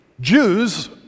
Jews